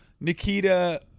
Nikita